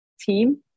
team